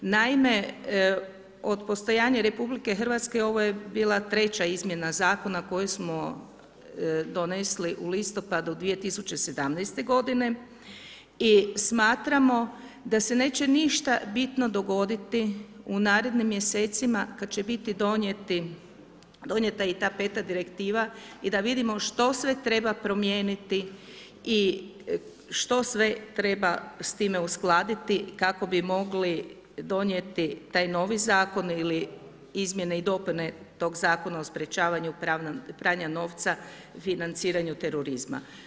Naime, od postojanja RH ovo je bila 3.-ća izmjena zakona koju smo donesli u listopadu 2017. godine i smatramo da se neće ništa bitno dogoditi u narednim mjesecima kada će biti donijeta i ta 5.-ta direktiva i da vidimo što sve treba promijeniti i što sve treba s time uskladiti kako bi mogli donijeti taj novi zakon ili Izmjene i dopune tog Zakona o sprječavanju pranja novca i financiranju terorizma.